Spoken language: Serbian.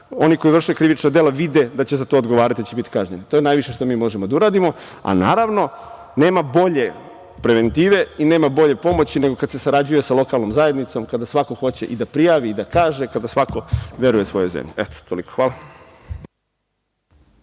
oni koji vrše krivična dela vide da će za to odgovarati, da će biti kažnjeni. To je najviše što mi možemo da uradimo, a naravno nema bolje preventive i nema bolje pomoći nego kada se sarađuje sa lokalnom zajednicom, kada svako hoće i da prijavi, i da kaže, kada svako veruje svojoj zemlji. Toliko, hvala.